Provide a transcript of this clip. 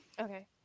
Okay